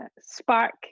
spark